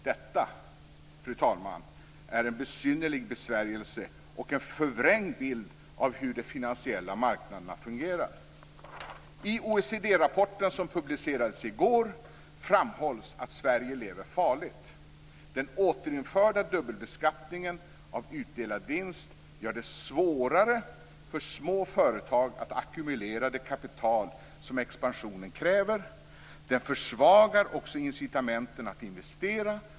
Detta, fru talman, är en besynnerlig besvärjelse och en förvrängd bild av hur de finansiella marknaderna fungerar. I OECD-rapporten som publicerades i går framhålls att Sverige lever farligt. Den återinförda dubbelbeskattningen av utdelad vinst gör det svårare för små företag att ackumulera det kapital som expansionen kräver. Den försvagar också incitamenten att investera.